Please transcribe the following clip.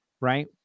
right